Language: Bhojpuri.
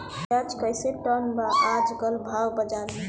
प्याज कइसे टन बा आज कल भाव बाज़ार मे?